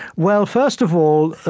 well, first of all,